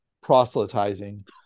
proselytizing